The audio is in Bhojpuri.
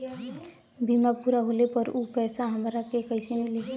बीमा पूरा होले पर उ पैसा हमरा के कईसे मिली?